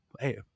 hey